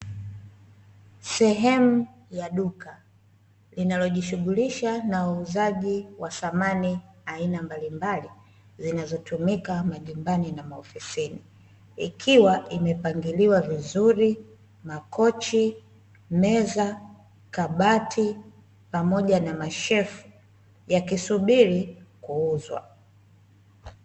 Sehemu ya duka linalojishunghulisha na uuzaji wa samani aina mbalimbali zinazotumika majumbani na maofisini ikiwa limepangiliwa vizuri makochi, meza ,kabati pamoja na mashefu yakisubiri kuuzwa .